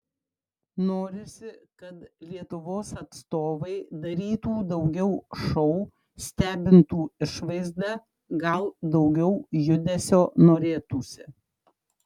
norisi kad lietuvos atstovai darytų daugiau šou stebintų išvaizda gal daugiau judesio norėtųsi